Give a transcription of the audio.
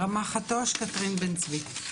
רמ"ח חטו"ש, קתרין בן צבי.